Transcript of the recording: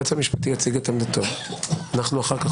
היועץ המשפטי יציג את עמדתו ואנחנו אחר כך,